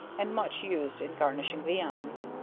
and much used in garnishing viands.